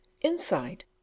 Inside